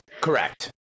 Correct